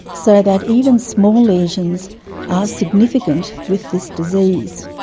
so that even small lesions are significant with this disease.